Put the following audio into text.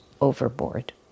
overboard